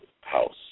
house